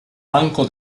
banco